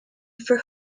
for